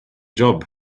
job